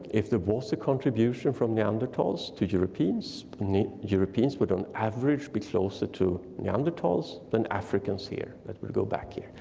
if there was a contribution from neanderthals to europeans, europeans would on average be closer to neanderthals than africans here, let me go back here.